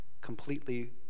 completely